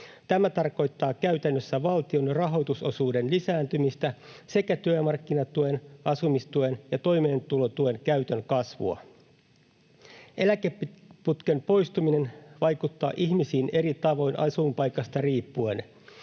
Tämä tarkoittaa käytännössä valtion rahoitusosuuden lisääntymistä sekä työmarkkinatuen, asumistuen ja toimeentulotuen käytön kasvua. Eläkeputken poistuminen vaikuttaa ihmisiin eri tavoin asuinpaikasta riippuen.